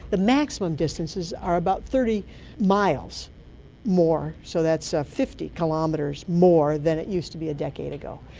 the maximum distances are about thirty miles more, so that's ah fifty kilometres more than it used to be a decade ago.